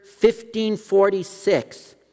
1546